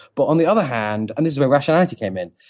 but on the other hand, and this is where rationality came in,